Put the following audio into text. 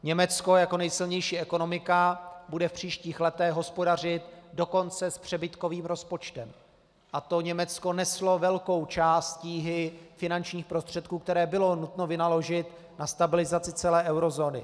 Německo jako nejsilnější ekonomika bude v příštích letech hospodařit dokonce s přebytkovým rozpočtem, a to Německo neslo velkou část tíhy finančních prostředků, které bylo nutno vynaložit na stabilizaci celé eurozóny.